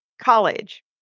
college